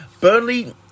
Burnley